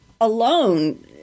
alone